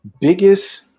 biggest